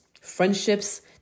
friendships